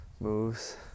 moves